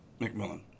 McMillan